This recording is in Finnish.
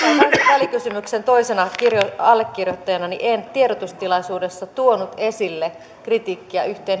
välikysymyksen toisena allekirjoittajana en tiedotustilaisuudessa tuonut esille kritiikkiä yhteen